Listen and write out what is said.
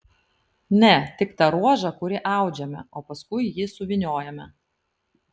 ne tik tą ruožą kurį audžiame o paskui jį suvyniojame